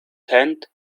танд